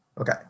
Okay